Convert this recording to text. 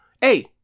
Hey